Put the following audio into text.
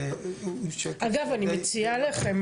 אגב אני מציעה לכם,